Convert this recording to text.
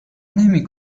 نمی